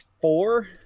four